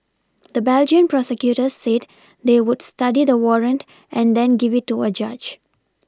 the Belgian prosecutors said they would study the warrant and then give it to a judge